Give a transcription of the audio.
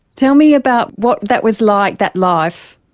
tell me about what that was like, that life.